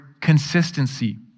consistency